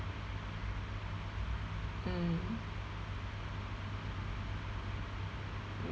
mm